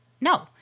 No